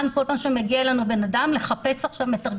כל פעם כשמגיע אלינו בן אדם לחפש מתרגם.